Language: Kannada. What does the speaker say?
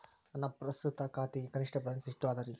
ನನ್ನ ಪ್ರಸ್ತುತ ಖಾತೆಗೆ ಕನಿಷ್ಠ ಬ್ಯಾಲೆನ್ಸ್ ಎಷ್ಟು ಅದರಿ?